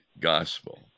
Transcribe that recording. gospel